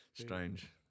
strange